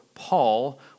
Paul